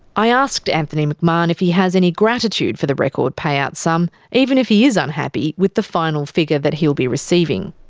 i asked anthony mcmahon if he has any gratitude for the record payout sum, even if he is unhappy with the final figure that he'll be receiving.